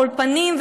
באולפנים,